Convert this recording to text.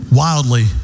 wildly